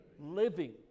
Living